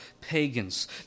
pagans